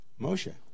Moshe